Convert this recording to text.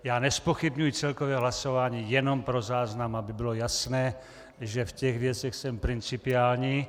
Já nezpochybňuji celkové hlasování, jenom pro záznam, aby bylo jasné, že v těch věcech jsem principiální.